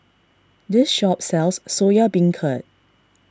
this shop sells Soya Beancurd